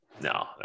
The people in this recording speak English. no